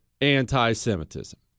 anti-Semitism